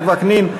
יצחק וקנין,